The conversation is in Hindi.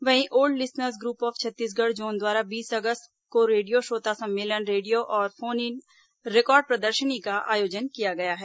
वहीं old listeners group of Chhattisgarh zone द्वारा बीस अगस्त को रेडियो श्रोता सम्मेलन रेडियो और फोन इन रिकॉर्ड प्रदर्शनी का आयोजन किया गया है